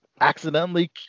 accidentally